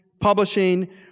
publishing